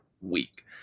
week